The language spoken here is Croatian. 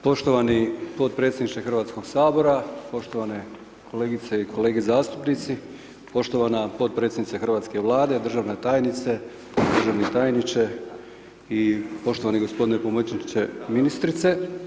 Poštovani potpredsjedniče Hrvatskog sabora, poštovane kolegice i kolege zastupnici, poštovana potpredsjednice hrvatske vlade, državna tajnice, državni tajniče i poštovani g. pomoćnice ministrice.